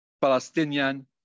Palestinian